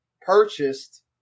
purchased